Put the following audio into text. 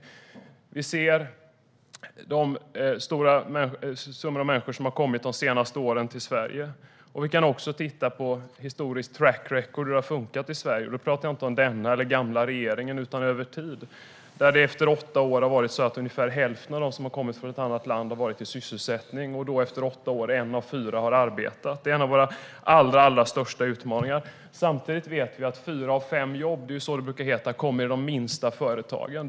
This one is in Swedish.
Det har kommit en stor mängd människor till Sverige under de senaste åren. Man kan se på ett historiskt track record över hur det har fungerat i Sverige, och då pratar jag över tid och inte om denna eller den gamla regeringen. Efter åtta år har hälften av dem som har kommit från ett annat land varit i sysselsättning och en av fyra har arbetat. Det är en av våra allra största utmaningar. Samtidigt vet vi att fyra av fem jobb kommer i de minsta företagen.